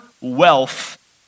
wealth